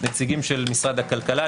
נציגים של משרד הכלכלה,